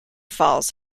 falls